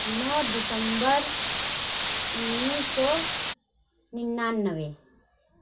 نو دسمبر اُنیس سو ننانوے